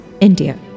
India